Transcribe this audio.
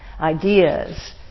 ideas